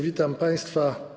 Witam państwa.